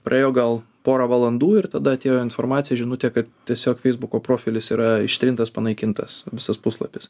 praėjo gal porą valandų ir tada atėjo informacija žinutė kad tiesiog feisbuko profilis yra ištrintas panaikintas visas puslapis